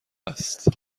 است